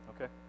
Okay